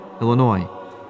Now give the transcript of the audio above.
Illinois